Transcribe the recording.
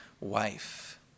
wife